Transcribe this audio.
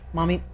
Mommy